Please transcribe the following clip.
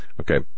Okay